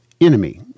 enemy